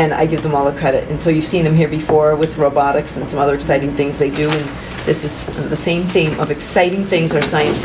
and i give them all the credit and so you see them here before with robotics and some other exciting things they do and this is the same thing of exciting things or science